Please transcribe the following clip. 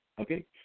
Okay